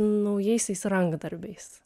naujaisiais rankdarbiais